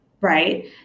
right